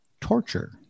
torture